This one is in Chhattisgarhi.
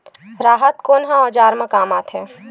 राहत कोन ह औजार मा काम आथे?